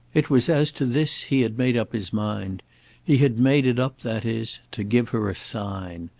it was as to this he had made up his mind he had made it up, that is, to give her a sign.